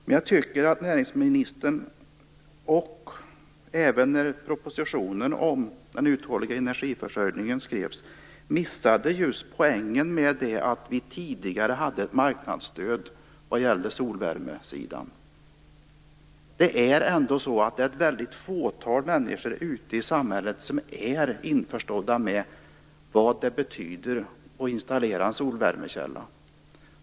Men jag tycker att näringsministern och även propositionen om den uthålliga energiförsörjningen missar poängen med att det tidigare fanns ett marknadsstöd för solvärme. Det är ett fåtal människor ute i samhället som är införstådda med vad det betyder att installera en solvärmekälla.